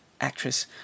actress